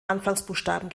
anfangsbuchstaben